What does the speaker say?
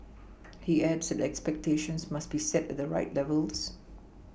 he adds that expectations must be set at the right levels